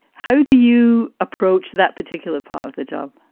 how do you approach that particular part of the job?